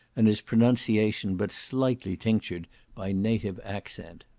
and his pronunciation but slightly tinctured by native accent.